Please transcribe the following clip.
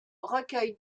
recueille